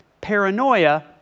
Paranoia